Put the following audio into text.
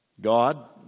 God